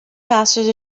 masters